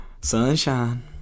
Sunshine